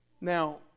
Now